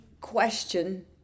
question